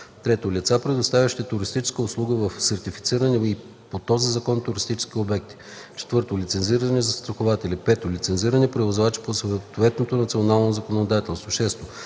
3. лица, предоставящи туристически услуги в сертифицирани по този закон туристически обекти; 4. лицензирани застрахователи; 5. лицензирани превозвачи по съответното национално законодателство; 6.